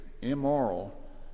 immoral